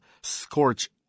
scorch